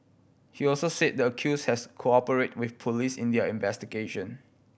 he also said the accused has cooperated with police in their investigation